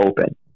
open